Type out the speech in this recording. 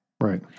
Right